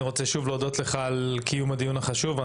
אני רוצה שוב להודות לך על קיום הדיון החשוב.